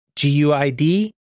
GUID